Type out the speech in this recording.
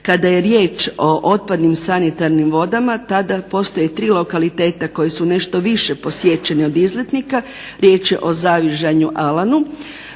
Kada je riječ o otpadnim sanitarnim vodama tada postoje tri lokaliteta koja su nešto više posjećeni od izletnika. Riječ je o Zavižanju Alanu